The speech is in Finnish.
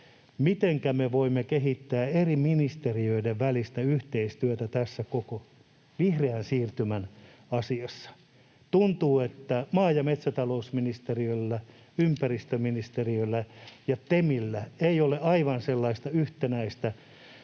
Mitenkä me voimme kehittää eri ministeriöiden välistä yhteistyötä tässä koko vihreän siirtymän asiassa? Tuntuu, että maa‑ ja metsätalousministeriöllä, ympäristöministeriöllä ja TEMillä ei ole aivan sellaista yhtenäistä